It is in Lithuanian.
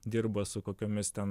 dirba su kokiomis ten